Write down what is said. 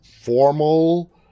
formal